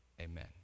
amen